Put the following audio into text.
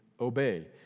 obey